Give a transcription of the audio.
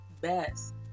best